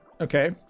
Okay